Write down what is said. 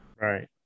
Right